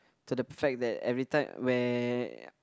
to the fact that everytime when